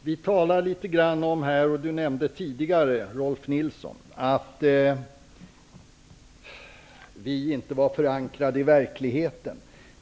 Herr talman. Rolf L Nilsson sade tidigare att vi i Ny demokrati inte hade någon förankring i verkligheten.